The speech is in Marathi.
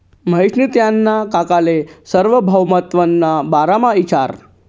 महेशनी त्याना काकाले सार्वभौमत्वना बारामा इचारं